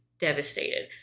devastated